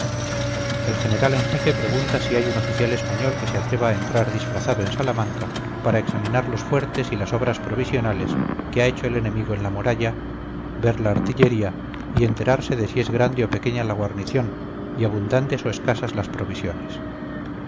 el general en jefe pregunta si hay un oficial español que se atreva a entrar disfrazado en salamanca para examinar los fuertes y las obras provisionales que ha hecho el enemigo en la muralla ver la artillería y enterarse de si es grande o pequeña la guarnición y abundantes o escasas las provisiones